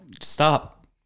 stop